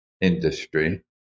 industry